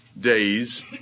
days